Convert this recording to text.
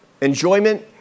Enjoyment